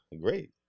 Great